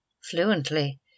fluently